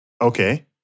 Okay